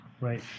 right